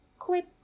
Quit